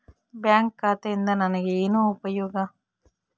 Bank ಖಾತೆಯಿಂದ ನನಗೆ ಏನು ಉಪಯೋಗ?